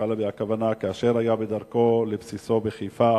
הוא היה בדרכו לבסיסו בחיפה